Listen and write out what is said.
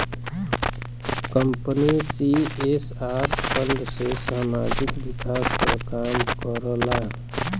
company CSR fund से सामाजिक विकास क काम करला